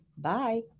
Bye